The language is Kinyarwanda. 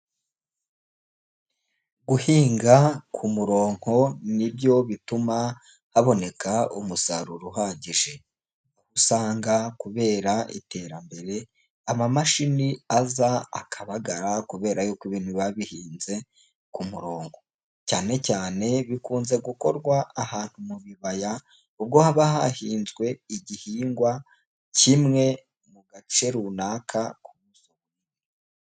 Guhinga ku murongo nibyo bituma haboneka umusaruro uhagije. Usanga kubera iterambere amamashini aza akabagara kubera yuko ibintu biba bihinze ku murongo. Cyane cyane bikunze gukorwa ahantu mu bibaya, ubwo haba hahinzwe igihingwa kimwe mu gace runaka ku buso bunini.